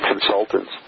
Consultants